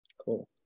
Cool